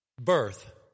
Birth